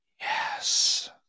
yes